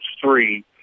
three